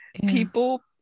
people